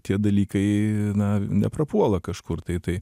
tie dalykai na neprapuola kažkur tai tai